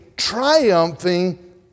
triumphing